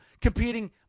competing